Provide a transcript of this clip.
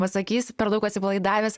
pasakys per daug atsipalaidavęs